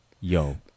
Yo